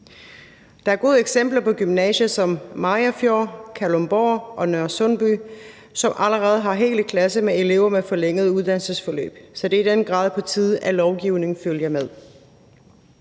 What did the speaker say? Der er gode eksempler på gymnasier som Mariagerfjord Gymnasium, Kalundborg Gymnasium og Nørresundby Gymnasium, som allerede har hele klasser med elever med forlænget uddannelsesforløb. Så det er i den grad på tide, at lovgivningen følger med.